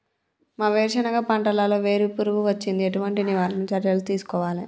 మా వేరుశెనగ పంటలలో వేరు పురుగు వచ్చింది? ఎటువంటి నివారణ చర్యలు తీసుకోవాలే?